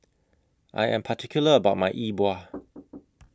I Am particular about My E Bua